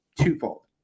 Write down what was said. twofold